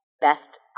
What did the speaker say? best